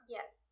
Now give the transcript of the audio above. Yes